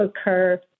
occur